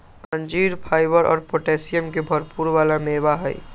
अंजीर फाइबर और पोटैशियम के भरपुर वाला मेवा हई